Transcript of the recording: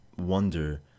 wonder